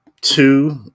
Two